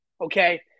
Okay